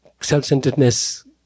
self-centeredness